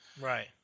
right